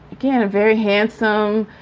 again, a very handsome,